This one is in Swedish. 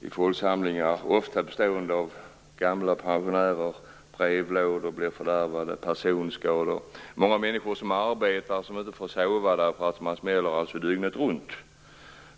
i folksamlingar, ofta bestående av gamla och pensionärer. Brevlådor blir fördärvade, och det blir personskador. Många människor som arbetar får inte sova på grund av att man smäller dygnet runt.